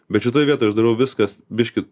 bet šitoj vietoj aš darau viskas biški